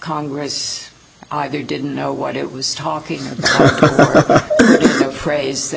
congress either didn't know what it was talking or phrase that